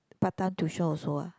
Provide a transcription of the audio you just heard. part time tuition also ah